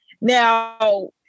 now